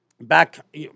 Back